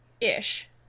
ish